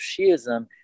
Shi'ism